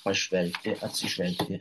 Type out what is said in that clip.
pažvelgti atsižvelgti į